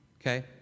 Okay